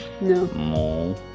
No